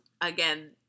again